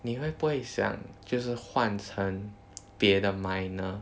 你会不会想就是换成别的 minor